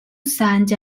signed